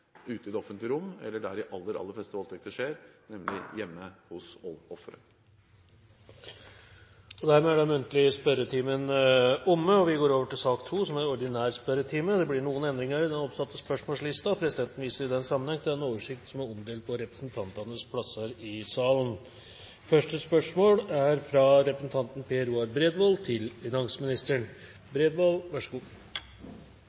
ute i det offentlige rom, eller der de aller, aller fleste voldtekter skjer – hjemme hos offeret. Dermed er den muntlige spørretimen omme, og vi går over til sak nr. 2, den ordinære spørretimen. Det blir noen endringer i den oppsatte spørsmålslisten. Presidenten viser i den sammenheng til den oversikt som er omdelt på representantenes plasser i salen. De foreslåtte endringene foreslås godkjent. – Det anses vedtatt. Endringene var som følger: Spørsmål 4, fra representanten Borghild Tenden til